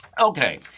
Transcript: Okay